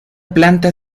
planta